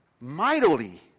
mightily